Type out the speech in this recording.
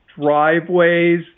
driveways